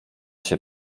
się